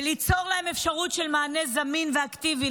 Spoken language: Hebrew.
ליצור להם אפשרות של מענה זמין ואקטיבי,